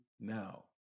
now